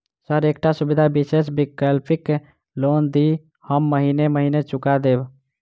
Sir एकटा सुविधा विशेष वैकल्पिक लोन दिऽ हम महीने महीने चुका देब?